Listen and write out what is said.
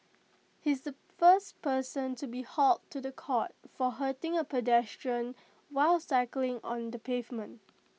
he is the first person to be hauled to The Court for hurting A pedestrian while cycling on the pavement